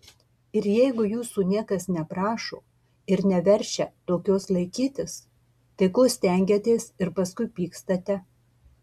ir jeigu jūsų niekas neprašo ir neverčia tokios laikytis tai ko stengiatės ir paskui pykstate